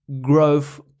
growth